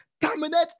terminate